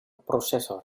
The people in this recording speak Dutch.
processor